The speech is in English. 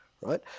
right